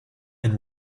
and